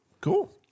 cool